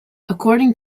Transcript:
according